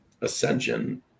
Ascension